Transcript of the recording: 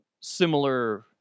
similar